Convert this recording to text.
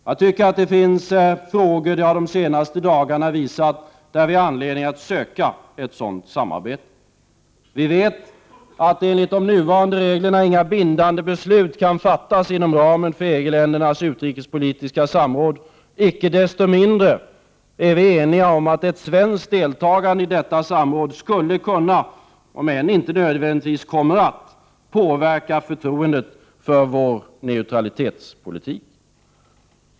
Jag tycker att det finns frågor — det har de senaste dagarna visat på — där vi har anledning att söka ett sådant samarbete. Vi vet att inga bindande beslut enligt de nuvarande reglerna kan fattas inom ramen för EG-ländernas utrikespolitiska samråd. Icke desto mindre är vi eniga om att ett svenskt deltagande i detta samråd skulle kunna — även om det inte nödvändigtvis kommer att — påverka förtroendet för vår neutralitetspolitik.